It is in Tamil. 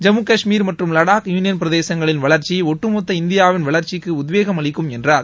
ஜம்மு கஷ்மீர் மற்றும் வடாக் யூனியன் பிரதேசங்களின் வளர்ச்சி ஒட்டுமொத்த இந்தியாவின் வளர்ச்சிக்கு உத்வேகம் அளிக்கும் என்றார்